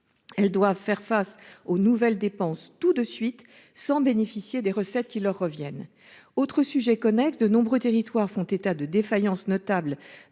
Elles doivent faire face aux nouvelles dépenses tout de suite, sans bénéficier des recettes qui leur reviennent. Autre sujet connexe, de nombreux territoires font état de défaillances notables